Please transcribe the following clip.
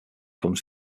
comes